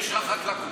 יש רחת לוקום.